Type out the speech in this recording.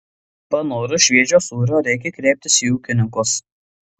panorus šviežio sūrio reikia kreiptis tiesiai į ūkininkus